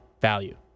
value